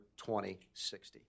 2060